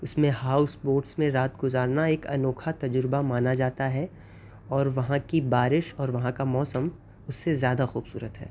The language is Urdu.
اس میں ہاؤس بوٹس میں رات گزارنا ایک انوکھا تجربہ مانا جاتا ہے اور وہاں کی بارش اور وہاں کا موسم اس سے زیادہ خوبصورت ہے